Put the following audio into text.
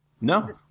No